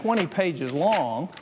twenty pages long